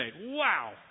wow